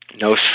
no